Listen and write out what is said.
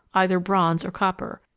either bronze or copper,